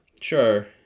Sure